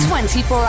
24